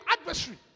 adversary